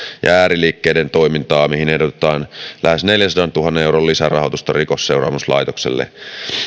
ja ääriliikkeiden toimintaa mihin ehdotetaan lähes neljänsadantuhannen euron lisärahoitusta rikosseuraamuslaitokselle